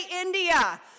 India